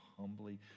humbly